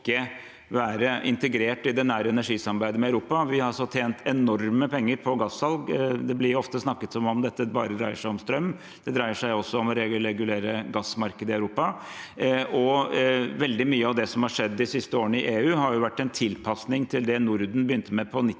snakket som om dette bare dreier seg om strøm. Det dreier seg også om å regulere gassmarkedet i Europa. Veldig mye av det som har skjedd de siste årene i EU, har vært en tilpasning til det Norden begynte med på